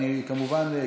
כמובן,